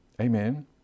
Amen